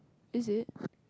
is it